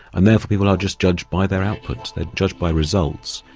and therefore people are just judged by their output, they're judged by results,